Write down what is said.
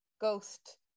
ghost